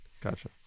Gotcha